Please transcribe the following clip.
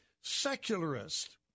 secularist